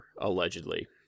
allegedly